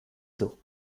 though